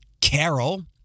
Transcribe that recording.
Carol